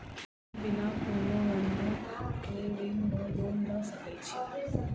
हम बिना कोनो बंधक केँ ऋण वा लोन लऽ सकै छी?